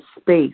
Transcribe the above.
space